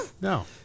No